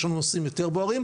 יש לנו נושאים יותר בוערים,